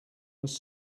was